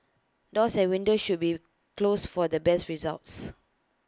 doors and windows should be closed for the best results